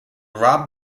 rob